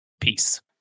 Peace